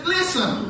Listen